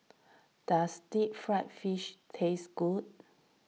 does Deep Fried Fish taste good